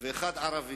ואחר ערבי.